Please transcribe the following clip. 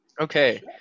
Okay